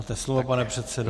Máte slovo, pane předsedo.